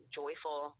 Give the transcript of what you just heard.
joyful